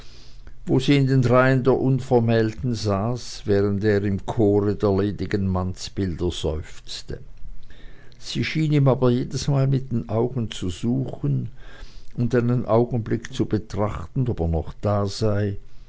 wo sie in den reihen der unvermählten saß während er im chore der ledigen mannsbilder seufzte sie schien ihn aber jedesmal mit den augen zu suchen und einen augenblick zu betrachten ob er noch da sei